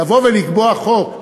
לבוא ולקבוע חוק,